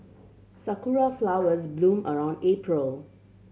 sakura flowers bloom around April